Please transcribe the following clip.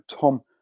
Tom